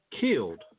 killed